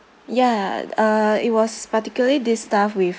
ya uh it was particularly this staff with